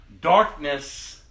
Darkness